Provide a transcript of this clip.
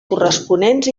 corresponents